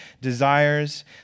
desires